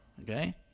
okay